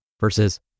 versus